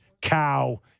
cow